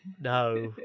no